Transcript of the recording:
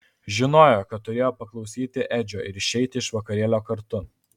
žinojo kad turėjo paklausyti edžio ir išeiti iš vakarėlio kartu